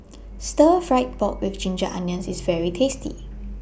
Stir Fry Pork with Ginger Onions IS very tasty